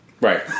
right